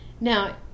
now